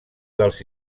dels